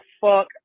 fuck